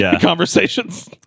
conversations